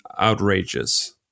outrageous